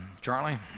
Charlie